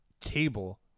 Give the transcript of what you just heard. cable